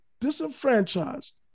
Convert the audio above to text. disenfranchised